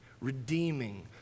redeeming